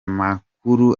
makuru